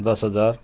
दस हजार